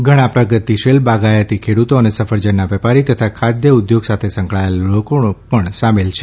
જેમાં ઘણા પ્રગતિશીલ બાગાયતી ખેડુતો અને સફરજનના વેપારી તથા ખાદ્ય ઉદ્યોગ સાથે સંકળાયેલા લોકો પણ સામેલ છે